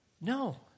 no